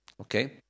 Okay